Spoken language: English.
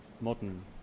modern